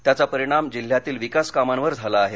त्याचा परिणाम जिल्ह्यातील विकास कामांवर झाला आहे